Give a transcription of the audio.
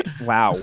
wow